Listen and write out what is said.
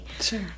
Sure